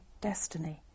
destiny